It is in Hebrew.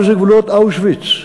אבא אבן הוא קרא לזה "גבולות אושוויץ".